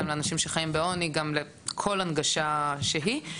גם לאנשים שחיים בעוני ולכל הנגשה שהיא.